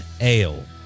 Ale